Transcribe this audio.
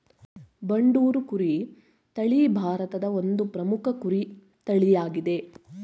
ಬಂಡೂರು ಕುರಿ ತಳಿ ಭಾರತದ ಒಂದು ಪ್ರಮುಖ ಕುರಿ ತಳಿಯಾಗಿದೆ